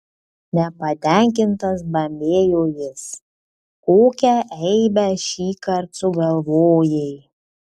nepatenkintas bambėjo jis kokią eibę šįkart sugalvojai